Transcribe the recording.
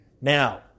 Now